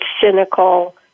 cynical